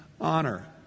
honor